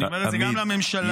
אני אומר את זה גם לממשלה -- עמית,